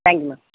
thank you ma'am